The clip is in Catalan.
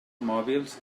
mòbils